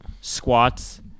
squats